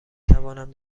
توانم